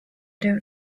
don’t